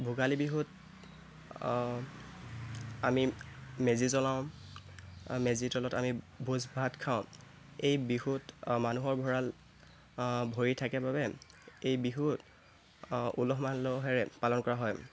ভোগালী বিহুত আমি মেজি জ্বলাওঁ মেজিৰ তলত আমি ভোজ ভাত খাওঁ এই বিহুত মানুহৰ ভঁৰাল ভৰি থাকে বাবে এই বিহুক উলহ মালহেৰে পালন কৰা হয়